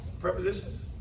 Prepositions